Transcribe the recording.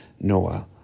Noah